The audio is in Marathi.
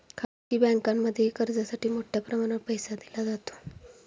खाजगी बँकांमध्येही कर्जासाठी मोठ्या प्रमाणावर पैसा दिला जातो